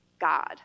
God